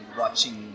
watching